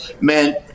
man